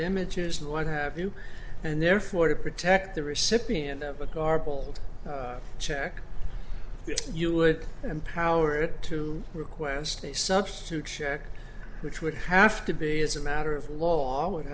images and what have you and therefore to protect the recipient of a garbled check you would empower it to request a substitute check which would have to be as a matter of law would